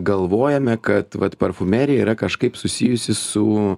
galvojame kad vat parfumerija yra kažkaip susijusi su